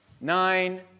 nine